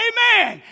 Amen